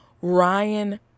Ryan